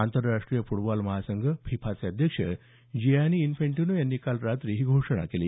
आंतरराष्ट्रीय फुटबॉल महासंघ फिफाचे अध्यक्ष जियानी इनफेंटिनो यांनी काल रात्री ही घोषणा केली